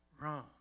wrong